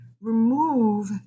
remove